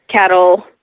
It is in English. cattle